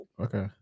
okay